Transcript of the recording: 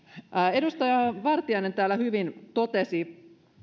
edustaja vartiainen täällä hyvin totesi